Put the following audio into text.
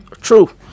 True